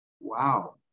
Wow